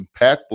impactful